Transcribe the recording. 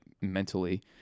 mentally